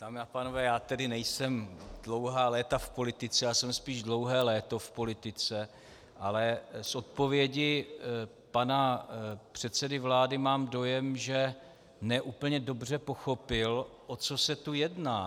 Dámy a pánové, nejsem dlouhá léta v politice, jsem spíš dlouhé léto v politice, ale z odpovědi pana předsedy vlády mám dojem, že ne úplně dobře pochopil, o co se tu jedná.